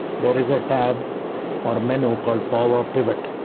there is a tab or menu called powerpivot.